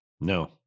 No